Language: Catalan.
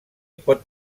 pot